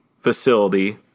facility